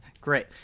Great